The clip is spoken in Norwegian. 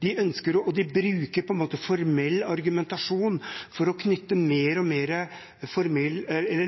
De bruker formell argumentasjon for å knytte mer og mer